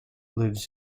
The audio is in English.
lives